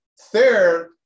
Third